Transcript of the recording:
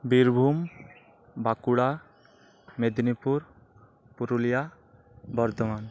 Birbhum Bankura Medinipur Purulia Bardhaman